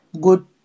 good